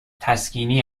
تسکینی